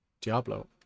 Diablo